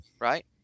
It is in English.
right